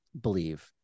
believe